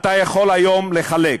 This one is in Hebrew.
אתה יכול היום לחלק,